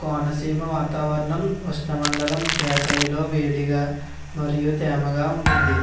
కోనసీమ వాతావరణం ఉష్ణమండలం వేసవిలో వేడిగా మరియు తేమగా ఉంటుంది